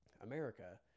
America